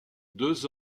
deux